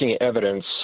evidence